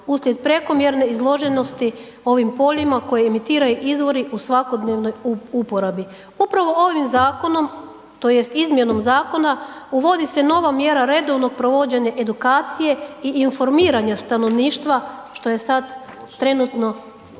uslijed prekomjerne izloženosti ovim poljima koji emitiraju izvori u svakodnevnoj uporabi. Upravo ovim zakonom tj. izmjenom zakona uvodi se nova mjera redovnog provođenja edukacije i informiranja stanovništva što je sad trenutno